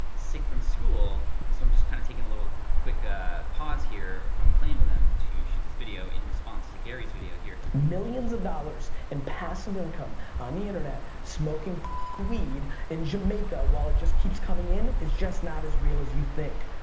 sick from school and so i'm just kind of taking a little quick ah pause here from playing with them to shoot this video in response to gary's video here. millions of dollars in passive income on the internet, smoking weed in jamaica while it just keeps coming in is just not as real as you think,